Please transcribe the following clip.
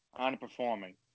underperforming